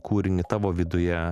kūrinį tavo viduje